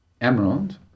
emerald